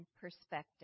perspective